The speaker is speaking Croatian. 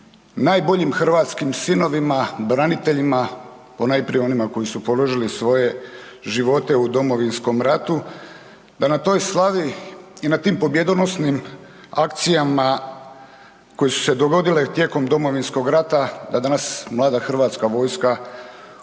najboljim hrvatskim sinovima, braniteljima, ponajprije onima koji su položili živote u Domovinskom ratu, da na toj slavi i na tim pobjedonosnim akcijama koje su se dogodile tijekom Domovinskog rata da danas mlada hrvatska vojska, ja